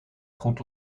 goed